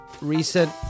recent